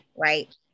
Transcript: right